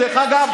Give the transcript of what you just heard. דרך אגב,